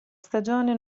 stagione